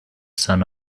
son